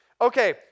Okay